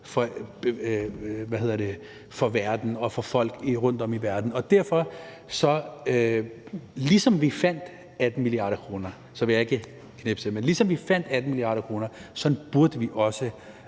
for verden og for folk rundt om i verden. Så ligesom vi fandt 18 mia. kr. – og så